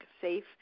safe